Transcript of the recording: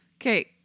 okay